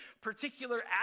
particular